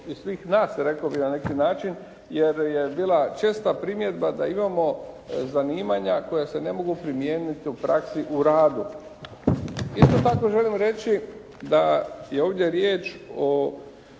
i svih nas rekao bih na neki način jer je bila česta primjedba da imamo zanimanja koja se ne mogu primijeniti u praksi, u radu. Isto tako želimo reći da je ovdje riječ o